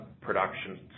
production